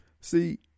see